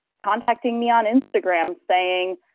contacting me on instagram saying,